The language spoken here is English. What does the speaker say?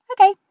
okay